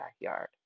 backyard